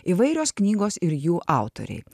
įvairios knygos ir jų autoriai